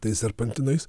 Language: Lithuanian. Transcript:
tais serpantinais